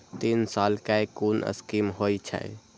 तीन साल कै कुन स्कीम होय छै?